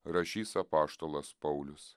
rašys apaštalas paulius